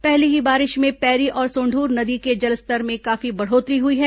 पहली ही बारिश में पैरी और सोंदूर नदी के जलस्तर में काफी बढ़ोत्तरी हुई है